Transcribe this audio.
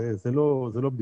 וזה לא בדיחה.